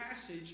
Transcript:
passage